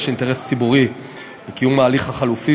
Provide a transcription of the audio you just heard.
יש אינטרס ציבורי בקיום ההליך החלופי,